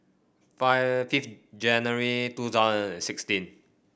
fire fifth January two thousand and sixteen